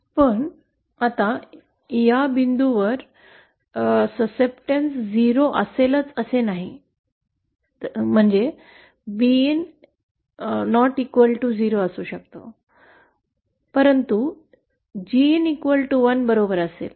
परंतु आता हा बिंदू 0 स्वीकृती शी जुळत नाही जो B in 0 असू शकत नाही परंतु G1 बरोबर असेल